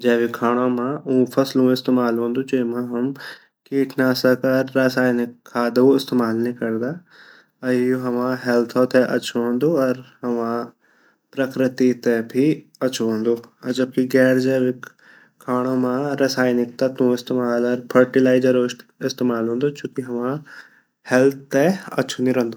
जैविक खांडो मा ऊ फसलु इस्तमाल वोंदु जेमा हम कीटनाशक अर रासायनिक खादों इस्तेमाल नी करदा यु हमा हेल्थ ते अछू वोंदु अर हमा प्रकृति ते भी अछू वोंदु अर जबकि गैर जैविक खांडो मा रासायनिक तत्वों इस्तेमाल अर फर्टिलिज़ेरो इस्तेमाल वोंदु जु की हमा हेल्थ ते अछू नी रोंदू।